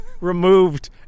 removed